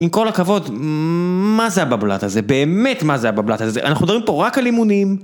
עם כל הכבוד, מה זה הבבלת הזה? באמת מה זה הבבלת הזה? אנחנו מדברים פה רק על אימונים.